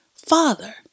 father